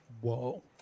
Whoa